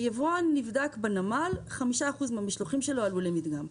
יבואן היה נבדק בנמל ו-5% מהמשלוחים שלו עלו למדגם.